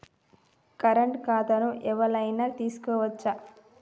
Current ఖాతాను ఎవలైనా తీసుకోవచ్చా?